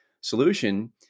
solution